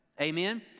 Amen